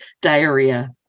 Diarrhea